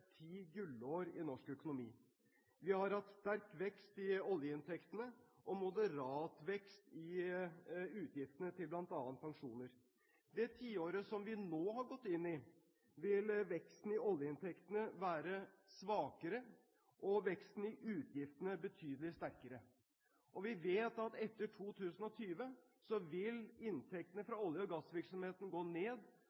ti gullår i norsk økonomi. Vi har hatt sterk vekst i oljeinntektene og moderat vekst i utgiftene til bl.a. pensjoner. I det tiåret som vi nå har gått inn i, vil veksten i oljeinntektene være svakere og veksten i utgiftene betydelig sterkere. Og vi vet at etter 2020 vil inntektene